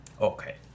Okay